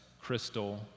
crystal